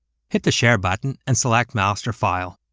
hit the share button, and select master file.